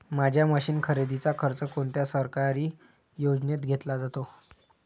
माझ्या मशीन खरेदीचा खर्च कोणत्या सरकारी योजनेत घेतला जातो?